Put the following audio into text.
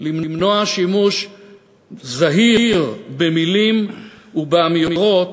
למנוע שימוש לא זהיר במילים ובאמירות